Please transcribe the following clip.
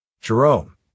Jerome